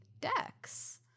decks